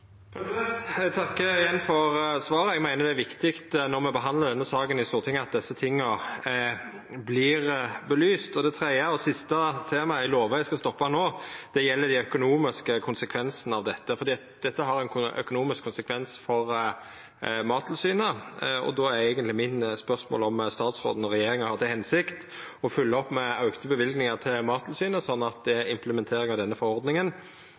Eg takkar igjen for svaret. Eg meiner det er viktig at desse tinga vert belyste når me behandlar denne saka i Stortinget. Det tredje og siste temaet – og eg lovar at eg skal stoppa no – gjeld dei økonomiske konsekvensane av dette. For dette har ein økonomisk konsekvens for Mattilsynet, og då er eigentleg spørsmålet mitt om statsråden og regjeringa har som føremål å følgja opp med auka løyvingar til Mattilsynet, sånn at implementeringa av denne forordninga